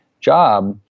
job